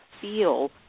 feel